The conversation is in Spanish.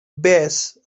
best